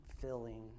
filling